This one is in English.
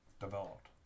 developed